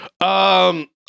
Um-